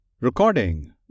Recording